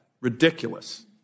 ridiculous